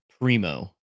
primo